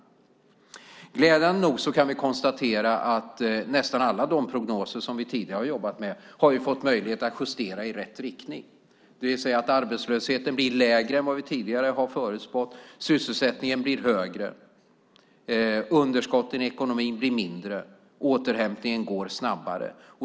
Glädjande nog kan vi konstatera att nästan alla de prognoser som vi tidigare har jobbat med har vi fått möjlighet att justera i rätt riktning. Det betyder att arbetslösheten blir lägre än vad vi tidigare har förutspått, att sysselsättningen blir högre, att underskotten i ekonomin blir mindre och att återhämtningen går snabbare.